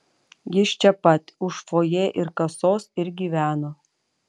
jis čia pat už fojė ir kasos ir gyveno